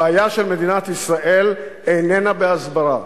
הבעיה של מדינת ישראל איננה בהסברה.